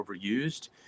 overused